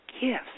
gifts